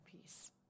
peace